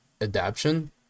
adaption